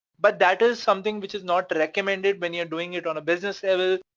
but that is something which is not recommended when you're doing it on a business level,